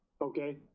Okay